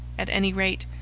at any rate,